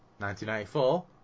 1994